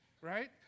right